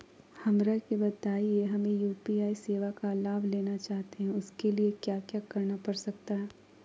हमरा के बताइए हमें यू.पी.आई सेवा का लाभ लेना चाहते हैं उसके लिए क्या क्या करना पड़ सकता है?